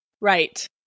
Right